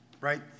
right